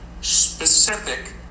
specific